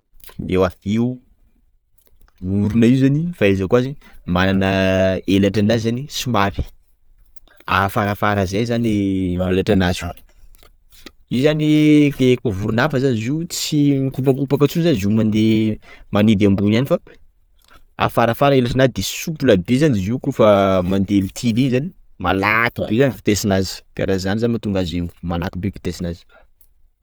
Ewa, io vorona io zany fahaizako azy manana elatra nazy zany somary afarafara zay zany elatranazy, izy zany koa vorona hafa zany izy io tsy mikopakopaka tsony zany zio mandeha manidy ambony any fa afarafara zany elatranazy de soupla be zany izy io koafa mandeha mitily iny zany, malaky be vitesse nazy, karaha zany, zany mahatonga azy malaky be vitesse nazy.